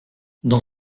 dans